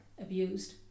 abused